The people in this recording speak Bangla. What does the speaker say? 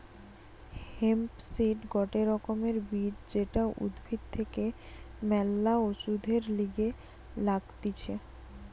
হেম্প সিড গটে রকমের বীজ যেটা উদ্ভিদ থেকে ম্যালা ওষুধের লিগে লাগতিছে